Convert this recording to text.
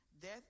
Death